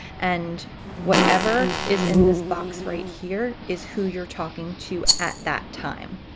and whatever is in this box right here is who you're talking to at that time.